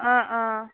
অঁ অঁ